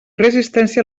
resistència